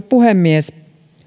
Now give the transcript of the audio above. puhemies